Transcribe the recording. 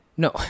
No